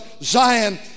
Zion